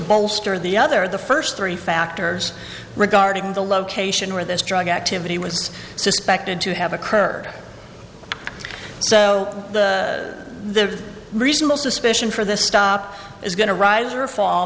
bolster the other the first three factors regarding the location where this drug activity was suspected to have occurred so the reasonable suspicion for this stop is going to rise or fall